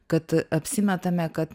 kad apsimetame kad